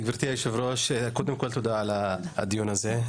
גברתי היושבת-ראש קודם כל תודה על הדיון הזה,